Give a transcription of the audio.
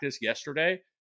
yesterday